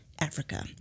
Africa